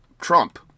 Trump